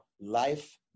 life